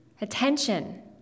Attention